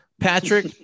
Patrick